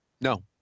No